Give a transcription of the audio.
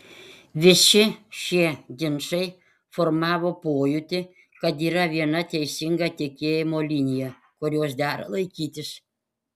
visi šie ginčai formavo pojūtį kad yra viena teisinga tikėjimo linija kurios dera laikytis